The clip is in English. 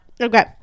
okay